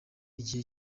igihe